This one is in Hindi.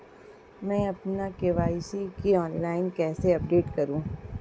मैं अपना के.वाई.सी ऑनलाइन कैसे अपडेट करूँ?